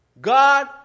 God